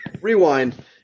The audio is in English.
rewind